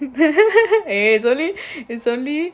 eh it's only it's only